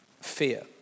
fear